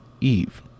Eve